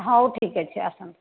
ହେଉ ଠିକ୍ଅଛି ଆସନ୍ତୁ